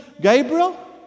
Gabriel